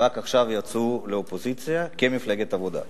ורק עכשיו יצאה לאופוזיציה כמפלגת העבודה.